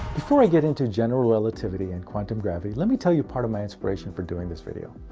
before i get into general relativity and quantum gravity, let me tell you part of my inspiration for doing this video.